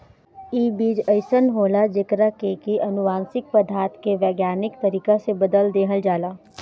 इ बीज अइसन होला जेकरा के की अनुवांशिक पदार्थ के वैज्ञानिक तरीका से बदल देहल जाला